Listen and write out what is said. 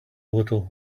little